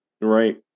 Right